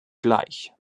gleich